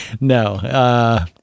No